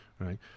Right